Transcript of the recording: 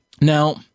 Now